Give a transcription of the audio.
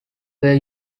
were